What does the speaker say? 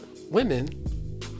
women